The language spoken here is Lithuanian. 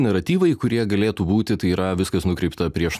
naratyvai kurie galėtų būti tai yra viskas nukreipta prieš